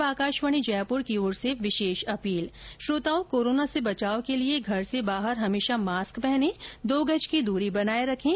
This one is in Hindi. और अब आकाशवाणी जयपुर के समाचार विभाग की विशेष अपील श्रोताओं कोरोना से बचाव के लिए घर से बाहर हमेशा मास्क पहने और दो गज की दूरी बनाए रखें